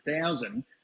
thousand